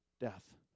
death